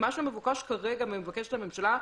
מה שמבוקש כרגע על ידי הממשלה,